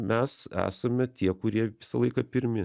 mes esame tie kurie visą laiką pirmi